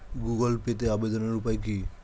Google পেতে আবেদনের উপায় কি?